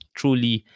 truly